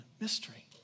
mystery